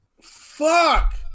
Fuck